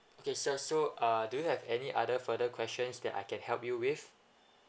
okay sir so err do you have any other further questions that I can help you with